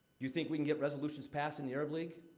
you think we can get resolutions passed in the arab league?